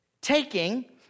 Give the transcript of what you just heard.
taking